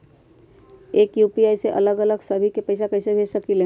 एक यू.पी.आई से अलग अलग सभी के पैसा कईसे भेज सकीले?